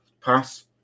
pass